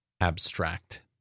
abstract